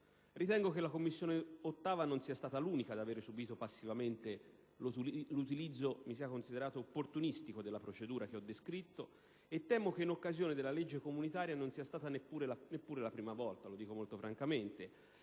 Ritengo che l'8a Commissione non sia stata l'unica ad aver subito passivamente l'utilizzo, mi sia consentito, opportunistico della procedura che ho descritto e temo che, in occasione della legge comunitaria, non sia stata neppure la prima volta, lo dico molto francamente.